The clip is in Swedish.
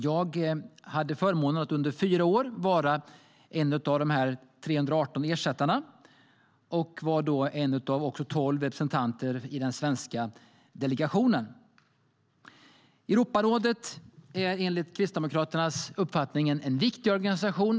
Jag hade förmånen att under fyra år få vara en av de 318 ersättarna och var då också en av tolv representanter i den svenska delegationen. Enligt Kristdemokraternas uppfattning är Europarådet en viktig organisation.